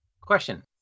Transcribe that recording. Question